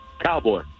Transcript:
Cowboy